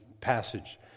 passage